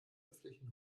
öffentlichen